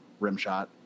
Rimshot